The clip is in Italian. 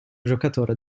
giocatore